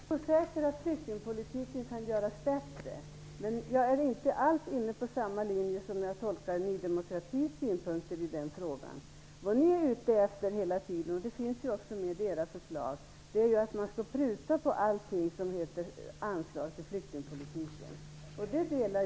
Fru talman! Jag är säker på att flyktingpolitiken kan förbättras, men jag är inte alls inne på den linje som jag uppfattar att Ny demokrati har i den frågan. Vad ni hela tiden är ute efter, vilket framgår av era förslag, är att pruta på alla anslag till flyktingpolitiken.